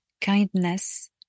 kindness